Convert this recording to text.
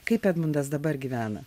kaip edmundas dabar gyvena